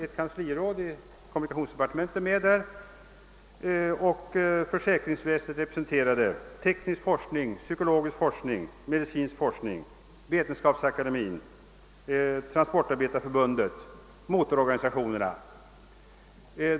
Vidare finns där representanter för försäkringsväsendet, teknisk forskning, psykologisk forskning, medicinsk forskning, Vetenskapsakademien, Transportarbetareförbundet och motororganisationerna.